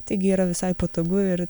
taigi yra visai patogu ir